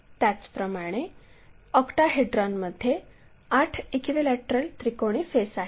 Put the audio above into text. त्याचप्रमाणे ऑक्टाहेड्रॉनमध्ये आठ इक्विलॅटरल त्रिकोणी फेस आहेत